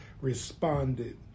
responded